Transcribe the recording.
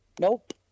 Nope